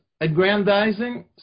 aggrandizing